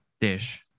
dish